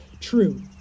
true